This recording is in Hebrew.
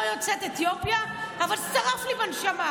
לא יוצאת אתיופיה אבל שרף לי בנשמה,